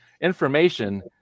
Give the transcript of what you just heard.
Information